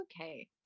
okay